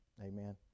Amen